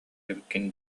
эбиккин